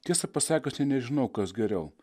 tiesą pasakius net nežinau kas geriau